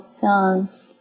films